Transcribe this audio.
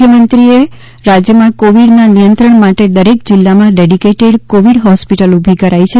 મુખ્યમંત્રી વિજય રૂપાણીએ રાજ્યમાં કોવિડના નિયંત્રણ માટે દરેક જિલ્લામાં ડેડીકેટેડ કોવિડ હોસ્પિટલ ઊભી કરાઈ છે